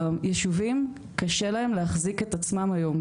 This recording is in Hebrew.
היישובים קשה להם להחזיק את עצמם היום,